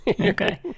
Okay